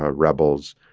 ah rebels,